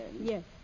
Yes